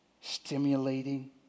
Stimulating